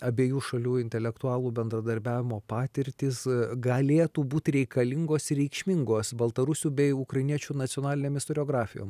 abiejų šalių intelektualų bendradarbiavimo patirtys galėtų būt reikalingos ir reikšmingos baltarusių bei ukrainiečių nacionalinėm istoriografijom